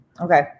Okay